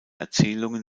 erzählungen